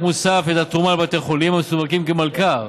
מוסף את התרומה לבתי חולים המסווגים כמלכ"ר.